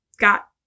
got